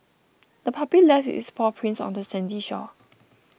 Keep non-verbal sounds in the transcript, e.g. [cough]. [noise] the puppy left its paw prints on the sandy shore